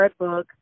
Redbook